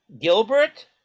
Gilbert